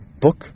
book